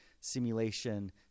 Simulation